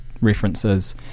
references